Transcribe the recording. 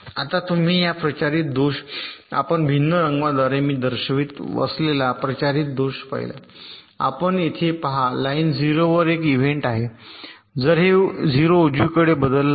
आता तुम्ही या प्रचारित दोष आपण भिन्न रंगांद्वारे मी दर्शवित असलेला प्रचारित दोष पाहिला आपण येथे पहा लाइन 0 वर एक इव्हेंट आहे जर हे 0 उजवीकडे बदलला तर